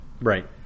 Right